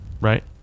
Right